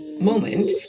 Moment